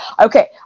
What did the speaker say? Okay